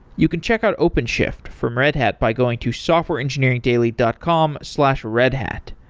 you can check out openshift from red hat by going to softwareengineeringdaily dot com slash redhat.